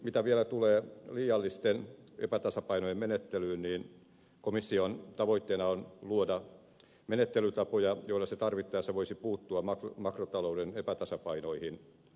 mitä vielä tulee liiallisten epätasapainojen menettelyyn komission tavoitteena on luoda menettelytapoja joilla se tarvittaessa voisi puuttua makrotalouden epätasapainoihin